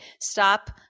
Stop